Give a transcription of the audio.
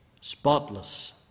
spotless